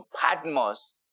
Patmos